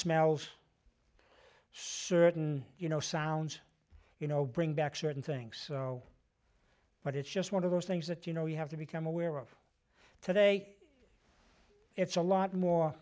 smells certain you know sounds you know bring back certain things but it's just one of those things that you know you have to become aware of today it's a lot more